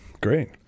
great